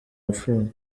wapfuye